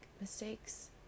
mistakes